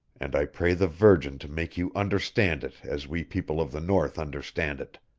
and i pray the virgin to make you understand it as we people of the north understand it.